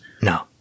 No